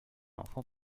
enfant